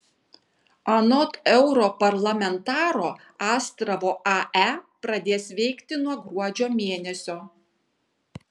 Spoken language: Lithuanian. anot europarlamentaro astravo ae pradės veikti nuo gruodžio mėnesio